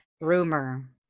rumor